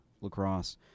lacrosse